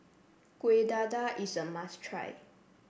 Kueh Dadar is a must try